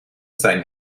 sein